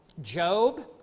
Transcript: Job